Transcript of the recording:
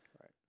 Right